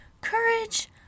courage